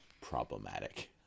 problematic